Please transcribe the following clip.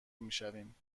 میشویم